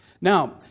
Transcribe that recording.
Now